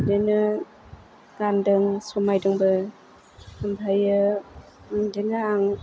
बिदिनो गान्दों समायदोंबो ओमफ्राय बिदिनो आं